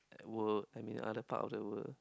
world I mean other part of the world